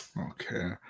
Okay